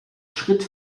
schritt